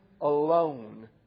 alone